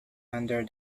under